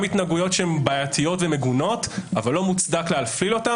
גם התנהגויות בעייתיות ומגונות אבל לא מוצדק להפליל אותן